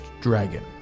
dragon